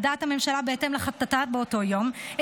על דעת הממשלה בהתאם להחלטתה באותו יום,